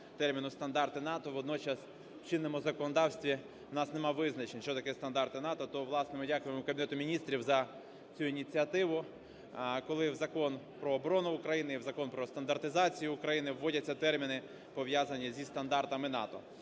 термін "стандарти НАТО". Водночас в чинному законодавстві у нас немає визначень, що таке "стандарти НАТО". То, власне, ми дякуємо Кабінету Міністрів за цю ініціативу, коли в Закон "Про оборону України" і в Закон "Про стандартизацію" України вводяться терміни, пов'язані зі стандартами НАТО.